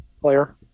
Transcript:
player